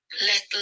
Let